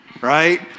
right